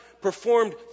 performed